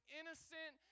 innocent